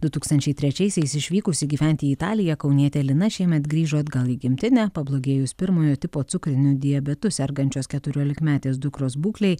du tūkstančiai trečiaisiais išvykusi gyventi į italiją kaunietė lina šiemet grįžo atgal į gimtinę pablogėjus pirmojo tipo cukriniu diabetu sergančios keturiolikmetės dukros būklei